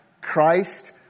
Christ